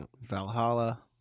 Valhalla